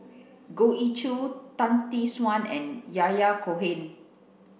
Goh Ee Choo Tan Tee Suan and Yahya Cohen